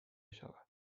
شود